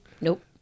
nope